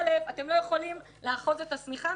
אתם לא יכולים לאחוז את השמיכה משני קצותיה.